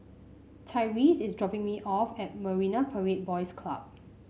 Tyreese is dropping me off at Marine Parade Boys Club